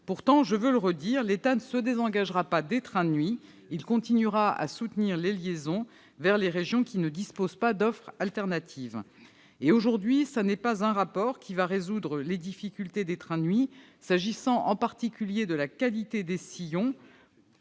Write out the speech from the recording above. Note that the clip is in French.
Pourtant, je veux le redire, l'État ne se désengagera pas des trains de nuit. Il continuera à soutenir les liaisons vers les régions qui ne disposent pas d'offre alternative. Aujourd'hui, ce n'est pas un rapport qui va résoudre les difficultés des trains de nuit, s'agissant en particulier de la qualité des sillons,